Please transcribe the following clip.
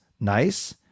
Nice